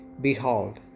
Behold